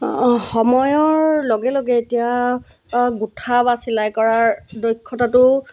সময়ৰ লগে লগে এতিয়া গোঁঠা বা চিলাই কৰাৰ দক্ষতাটো